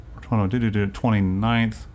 29th